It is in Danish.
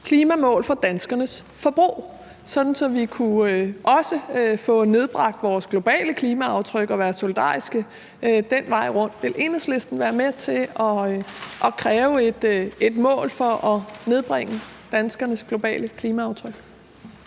klimamål for danskernes forbrug – et klimamål, så vi også kunne få nedbragt vores globale klimaaftryk og være solidariske den vej rundt. Vil Enhedslisten være med til at kræve et mål for at nedbringe danskernes globale klimaaftryk?